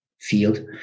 field